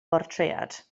bortread